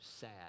sad